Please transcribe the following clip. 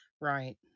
Right